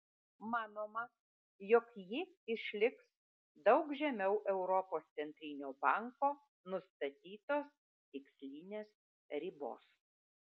manoma jog ji išliks daug žemiau europos centrinio banko nustatytos tikslinės ribos